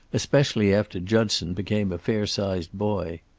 especially after judson became a fair-sized boy.